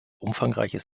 umfangreiches